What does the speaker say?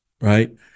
Right